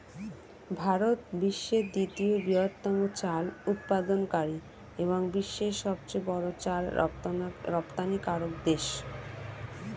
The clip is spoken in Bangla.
ভারত বিশ্বের দ্বিতীয় বৃহত্তম চাল উৎপাদনকারী এবং বিশ্বের সবচেয়ে বড় চাল রপ্তানিকারক দেশ